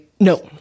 No